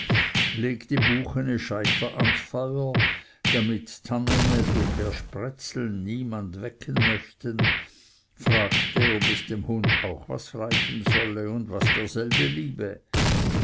legte buchene scheiter ans feuer damit tannerne durch ihr sprätzeln niemanden wecken möchten fragte ob es dem hund auch was reichen solle und was derselbe liebe